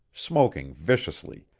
smoking viciously,